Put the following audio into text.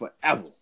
forever